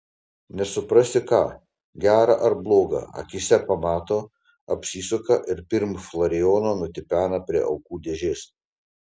nesuprasi ką gera ar bloga akyse pamato apsisuka ir pirm florijono nutipena prie aukų dėžės